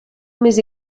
més